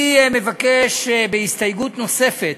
אני מבקש, בהסתייגות נוספת,